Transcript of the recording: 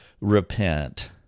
repent